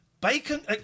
bacon